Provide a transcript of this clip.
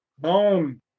Bone